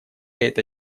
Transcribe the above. эта